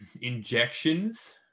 injections